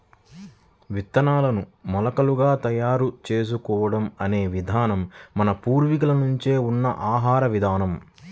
విత్తనాలను మొలకలుగా తయారు చేసుకోవడం అనే విధానం మన పూర్వీకుల నుంచే ఉన్న ఆహార విధానం